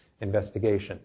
investigation